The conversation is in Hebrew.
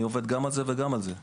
אני עובד גם על זה וגם על זה.